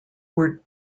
were